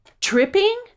tripping